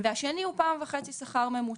השני, פעם וחצי שכר ממוצע.